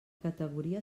categoria